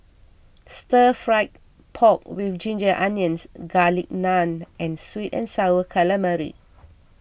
Stir Fried Pork with Ginger Onions Garlic Naan and Sweet and Sour Calamari